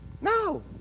No